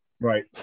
Right